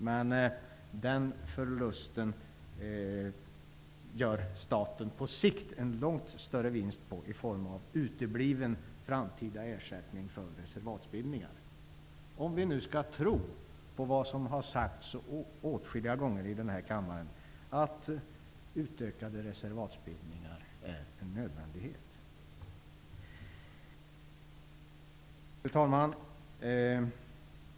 Men den förlusten vägs för statens del på sikt upp av en långt större vinst i form av utebliven framtida ersättning för reservatsbildningar. Om vi nu skall tro på det som har sagts åtskilliga gånger i den här kammaren, att utökade reservatsbildningar är en nödvändighet. Fru talman!